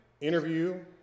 interview